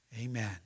Amen